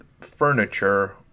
furniture